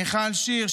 מיכל שיר,